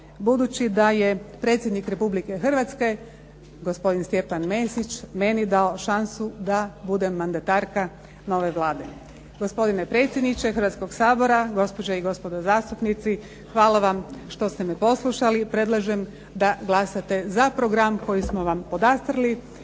budući da je predsjednik Republike Hrvatske, gospodin Stjepan Mesić, meni dao šansu da budem mandatarka nove Vlade. Gospodine predsjedniče Hrvatskoga sabora, gospođe i gospodo zastupnici, hvala vam što ste me poslušali. Predlažem da glasate za program koji smo vam podastrli